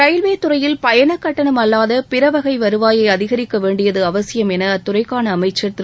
ரயில்வேத்துறையில் பயணக் கட்டணம் அல்லாத பிற வகை வருவாயை அதிகரிக்க வேண்டியது அவசியம் என அத்துறைக்கான அமைச்சர் திரு